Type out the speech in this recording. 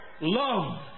love